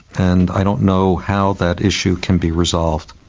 and i don't know how that issue can be resolved.